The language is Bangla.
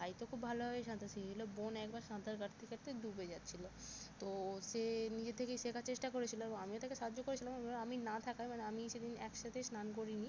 ভাই তো খুব ভালোভাবেই সাঁতার শিখেছিলো বোন একবার সাঁতার কাটতে কাটতে ডুবে যাচ্ছিলো তো সে নিজে থেকেই শেখার চেষ্টা করেছিলো এবং আমিও তাকে সাহায্য করেছিলাম এবার আমি না থাকায় মানে আমি সেদিন এক সাথে স্নান করি নি